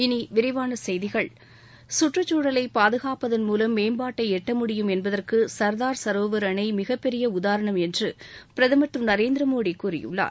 இனி விரிவான செய்திகள் சுற்றுச்சூழலை பாதுகாப்பதன் மூலம் மேம்பாட்டை எட்ட முடியும் என்பதற்கு சர்தார் சரோவர் அணை மிகப்பெரிய உதாரணம் என்று பிரதமர் திரு நரேந்திர மோடி கூறியுள்ளார்